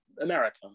America